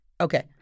Okay